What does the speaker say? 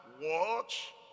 watch